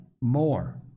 more